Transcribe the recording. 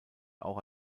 auch